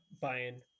buying –